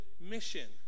mission